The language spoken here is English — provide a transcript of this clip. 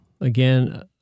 again